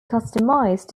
customised